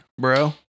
bro